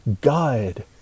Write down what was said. God